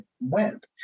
went